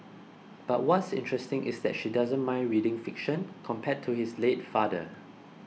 but what's interesting is that she doesn't mind reading fiction compared to his late father